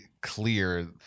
clear